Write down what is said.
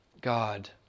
God